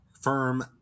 firm